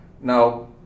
Now